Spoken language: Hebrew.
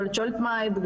אבל את שואלת מה האתגרים,